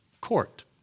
court